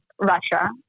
Russia